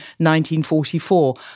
1944